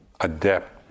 adept